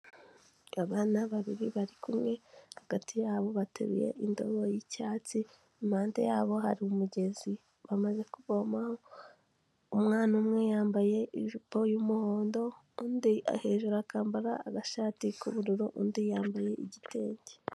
Abana babiri bari kumwe hagati yabo bateruye indobo y'icyatsi, impande yabo hari umugezi bamaze kuvomaho, umwana umwe yambaye ijipo y'umuhondo, undi hejuru akambara agashati k'ubururu, undi yambaye igitenge.